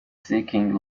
seeking